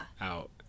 out